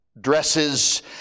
dresses